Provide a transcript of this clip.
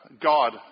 God